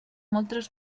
moltes